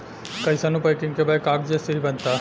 कइसानो पैकिंग के बैग कागजे से ही बनता